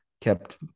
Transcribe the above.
kept